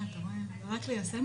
בפועל הם משמשים